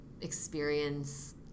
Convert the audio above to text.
experience